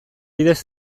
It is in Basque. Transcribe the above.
bidez